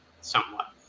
somewhat